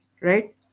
Right